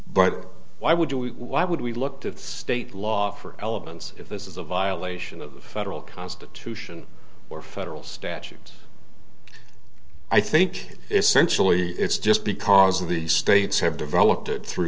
but why would you why would we look to state law for elements if this is a violation of federal constitution or federal statute i think essentially it's just because of the states have developed it through